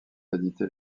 éditées